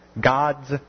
God's